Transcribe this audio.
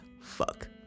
fuck